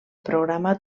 programa